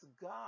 God